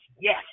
yes